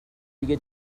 دیگه